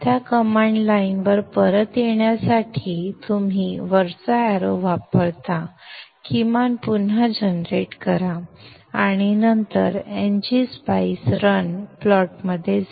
त्या कमांड लाइनवर परत येण्यासाठी तुम्ही वरचा एरो वापरता किमान पुन्हा जनरेट करा आणि नंतर ngSpice रन प्लॉटमध्ये जा